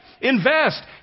Invest